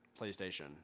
PlayStation